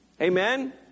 Amen